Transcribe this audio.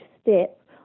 step